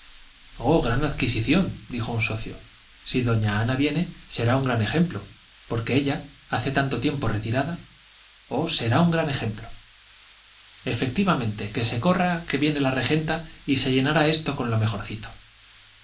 oh gran adquisición dijo un socio si doña ana viene será un gran ejemplo porque ella hace tanto tiempo retirada oh será un gran ejemplo efectivamente que se corra que viene la regenta y se llenará esto con lo mejorcito